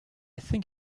think